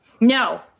No